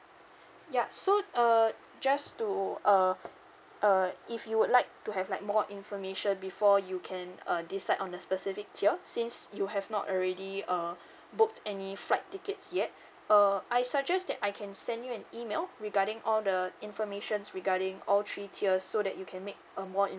ya so uh just to uh uh if you would like to have like more information before you can uh decide on a specific tier since you have not already uh booked any flight tickets yet uh I suggest that I can send you an email regarding all the informations regarding all three tiers so that you can make a more informed